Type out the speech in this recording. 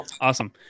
awesome